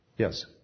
Yes